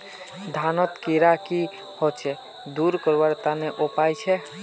धानोत कीड़ा की होचे दूर करवार तने की उपाय छे?